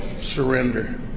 Surrender